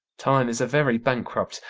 time is a very bankrupt,